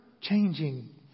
changing